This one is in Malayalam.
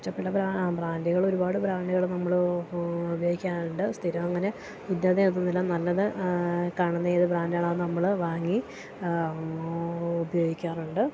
ഇഷ്ടപ്പെട്ട ബ്രാൻഡുകളൊരുപാട് ബ്രാൻഡുകൾ നമ്മൾ ഉപയോഗിക്കാറുണ്ട് സ്ഥിരം അങ്ങനെ ഇന്നത് എന്നൊന്നും ഇല്ല നല്ലത് കാണുന്നത് ഏത് ബ്രാൻഡുകളാന്ന് നമ്മൾ വാങ്ങി ഉപയോഗിക്കാറുണ്ട്